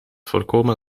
voorkomen